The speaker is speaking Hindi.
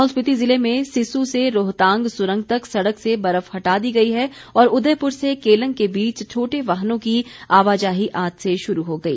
लाहौल स्पीति जिले में सिस्सू से रोहतांग सुरंग तक सड़क से बर्फ हटा दी गई है और उदयपुर से केलंग के बीच छोटे वाहनों की आवाजाही आज से शुरू हो गई